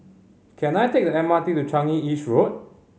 can I take the M R T to Changi East Road